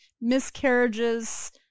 miscarriages